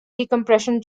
decompression